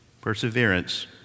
perseverance